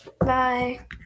Bye